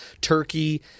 Turkey